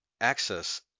access